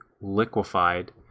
liquefied